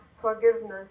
forgiveness